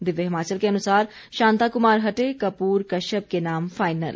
दिव्य हिमाचल के अनुसार शांता कुमार हटे कप्र कश्यप के नाम फाइनल